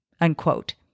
unquote